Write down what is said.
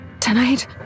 Tonight